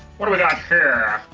what do we got here?